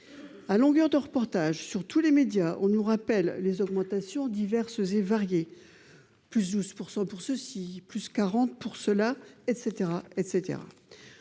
À longueur de reportages, sur tous les médias, on nous rappelle les augmentations diverses et variées : +12 % pour ceci, +40 % pour cela ...